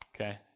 okay